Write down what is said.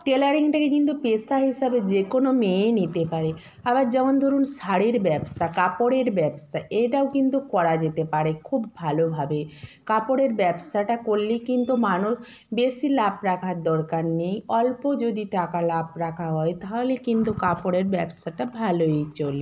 টেলারিংটাকে কিন্তু পেশা হিসাবে যে কোনও মেয়েই নিতে পারে আবার যেমন ধরুন শাড়ির ব্যবসা কাপড়ের ব্যবসা এটাও কিন্তু করা যেতে পারে খুব ভালোভাবে কাপড়ের ব্যবসাটা করলেই কিন্তু মানু বেশি লাভ রাখার দরকার নেই অল্প যদি টাকা লাভ রাখা হয় তাহলে কিন্তু কাপড়ের ব্যবসাটা ভালোই চল